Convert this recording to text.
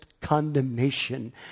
condemnation